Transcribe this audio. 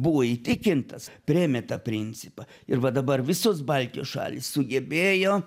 buvo įtikintas priėmė tą principą ir va dabar visos baltijos šalys sugebėjo